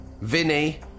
Vinny